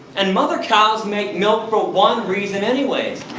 and mother cows make milk for one reason anyways.